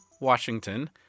Washington